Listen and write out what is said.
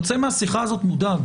מהשיחה הזאת מודאג